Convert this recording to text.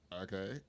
okay